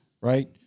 right